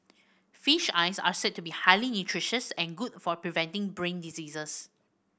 fish eyes are said to be highly nutritious and good for preventing brain diseases